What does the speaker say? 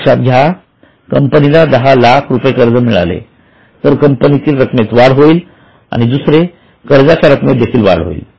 लक्षात घ्या जर कंपनीला दहा लाख रुपये कर्ज मिळाले तर बँकेतील रकमेत वाढ होईल आणि कर्जाच्या रकमे देखील वाढ होईल